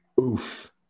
Oof